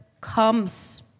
comes